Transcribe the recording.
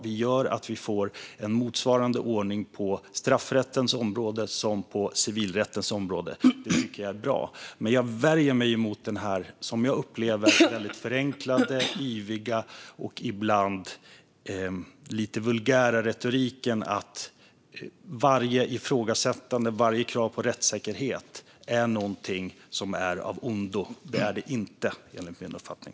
Det gör att vi får en motsvarande ordning på straffrättens område som på civilrättens område. Det tycker jag är bra. Men jag värjer mig mot den, som jag upplever det, väldigt förenklade, yviga och ibland lite vulgära retoriken att varje ifrågasättande och varje krav på rättssäkerhet är någonting som är av ondo. Det är det inte, enligt min uppfattning.